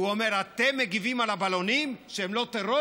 הוא אומר: אתם מגיבים על הבלונים, שהם לא טרור?